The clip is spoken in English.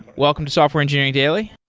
welcome to software engineering daily.